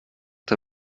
der